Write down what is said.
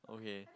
okay